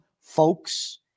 folks